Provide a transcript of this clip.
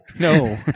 no